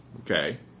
Okay